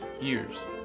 years